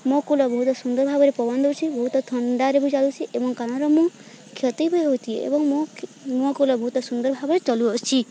ମୋ କୁଲର୍ ବହୁତ ସୁନ୍ଦର ଭାବରେ ପବନ ଦେଉଛି ବହୁତ ଥଣ୍ଡାରେ ବି ଚାଲୁଛି ଏବଂ କାନର ମୁଁ କ୍ଷତି ବି ହେଉଛି ଏବଂ ମୋ ମୋ କୁଲର ବହୁତ ସୁନ୍ଦର ଭାବରେ ଚଲୁଅଛି